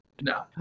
no